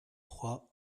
trois